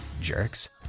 jerks